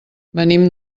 venim